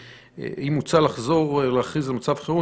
אם מוצע לחזור ולהכריז על מצב חירום,